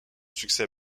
succès